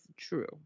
true